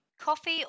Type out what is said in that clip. Coffee